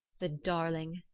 the darling!